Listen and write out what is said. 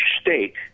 state